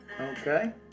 Okay